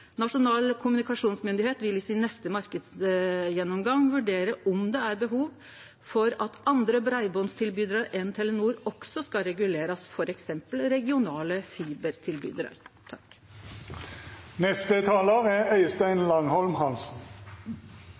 Nasjonal kommunikasjonsmyndighet vil i den neste marknadsgjennomgangen sin vurdere om det er behov for at andre breibandstilbydarar enn Telenor også skal regulerast, f.eks. regionale